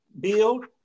build